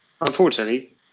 Unfortunately